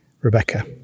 Rebecca